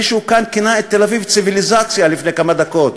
מישהו כאן כינה את תל-אביב "ציוויליזציה" לפני כמה דקות,